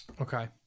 Okay